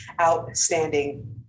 outstanding